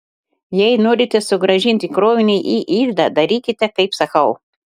jei norite sugrąžinti krovinį į iždą darykite kaip sakau